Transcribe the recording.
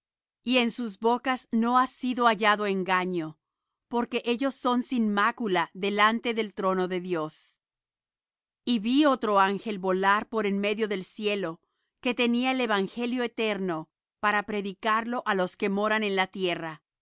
y en sus bocas no ha sido hallado engaño porque ellos son sin mácula delante del trono de dios y vi otro ángel volar por en medio del cielo que tenía el evangelio eterno para predicarlo á los que moran en la tierra